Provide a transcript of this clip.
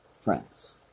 friends